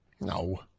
No